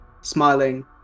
smiling